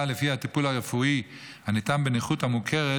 שלפיה הטיפול הרפואי הניתן בנכות המוכרת